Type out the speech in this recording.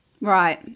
Right